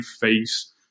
face